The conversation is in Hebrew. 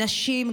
אנשים,